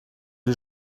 les